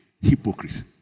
Hypocrisy